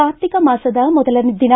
ಕಾರ್ತಿಕ ಮಾಸದ ಮೊದಲ ದಿನ